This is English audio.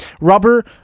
rubber